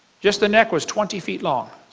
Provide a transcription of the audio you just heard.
just the neck was twenty feet long